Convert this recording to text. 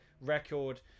record